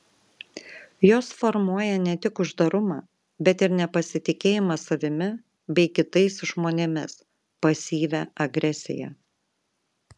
jos formuoja ne tik uždarumą bet ir nepasitikėjimą savimi bei kitais žmonėmis pasyvią agresiją